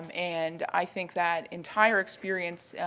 um and i think that entire experience,